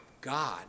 God